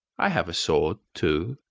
i have a sword too,